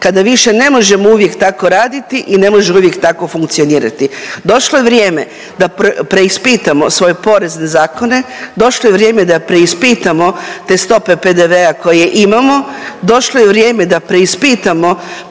kada više ne možemo uvijek tako raditi i ne možemo uvijek tako funkcionirati. Došlo je vrijeme da preispitamo svoje porezne zakone, došlo je vrijeme da preispitamo te stope PDV-a koje imamo. Došlo je vrijeme da preispitamo